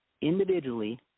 individually